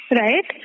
right